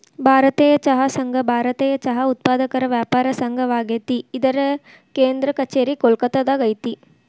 ಭಾರತೇಯ ಚಹಾ ಸಂಘ ಭಾರತೇಯ ಚಹಾ ಉತ್ಪಾದಕರ ವ್ಯಾಪಾರ ಸಂಘವಾಗೇತಿ ಇದರ ಕೇಂದ್ರ ಕಛೇರಿ ಕೋಲ್ಕತ್ತಾದಾಗ ಐತಿ